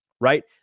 Right